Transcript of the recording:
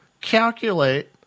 calculate